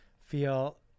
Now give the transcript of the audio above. feel